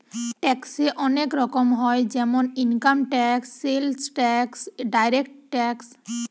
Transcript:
ট্যাক্সে অনেক রকম হয় যেমন income tax, sales tax, direct tax